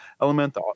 element